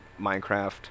Minecraft